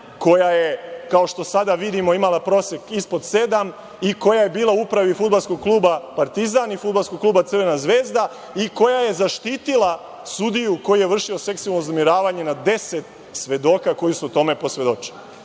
koja je, kao što sada vidimo, imala prosek ispod 7 i koja je bila u upravi Fudbalskog kluba Partizan i Fudbalskog kluba Crvena zvezda i koja je zaštitila sudiju koji je vršio seksualno uznemiravanje nad 10 svedoka koji su tome posvedočili.